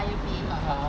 (uh huh)